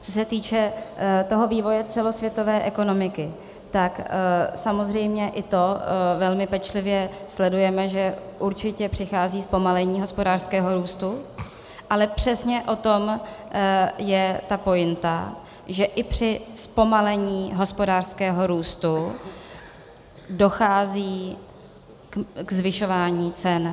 Co se týče vývoje celosvětové ekonomiky, tak samozřejmě i to velmi pečlivě sledujeme, že určitě přichází zpomalení hospodářského růstu, ale přesně o tom je ta pointa, že i při zpomalení hospodářského růstu dochází ke zvyšování cen.